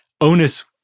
onus